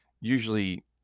usually